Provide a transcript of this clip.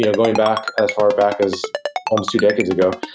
you know going back as far back as almost two decades ago,